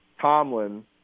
Tomlin